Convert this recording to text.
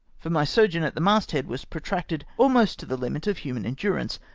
for my sojourn at the mast-head was protracted almost to the limit of human endurance,